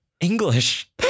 English